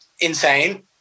insane